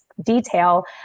detail